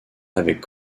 avec